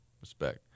respect